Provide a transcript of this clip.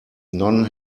none